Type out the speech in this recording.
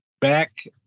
back